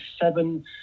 seven